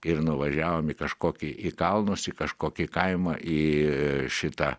ir nuvažiavom į kažkokį į kalnus į kažkokį kaimą į šitą